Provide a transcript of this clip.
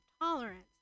tolerance